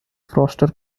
forester